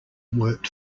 worked